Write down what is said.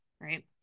right